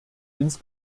ins